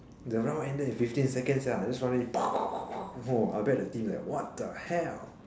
the round ended in fifteen seconds sia I just run in !wah! I bet the team like what the hell